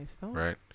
Right